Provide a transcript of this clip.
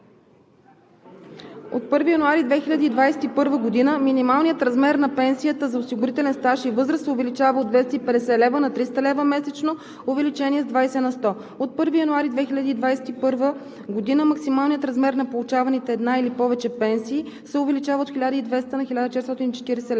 от 1 януари 2021 г. минималният размер на пенсията за осигурителен стаж и възраст се увеличава от 250,00 лв. на 300,00 лв. месечно (увеличение с 20 на сто); - от 1 януари 2021 г. максималният размер на получаваните една или повече пенсии се увеличава от 1200,00 лв.